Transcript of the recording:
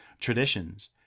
traditions